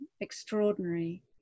extraordinary